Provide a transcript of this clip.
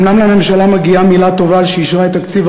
אומנם לממשלה מגיעה מילה טובה על שאישרה את תקציב